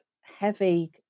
heavy